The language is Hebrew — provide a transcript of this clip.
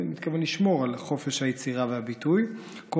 ומתכוון לשמור על חופש היצירה והביטוי כל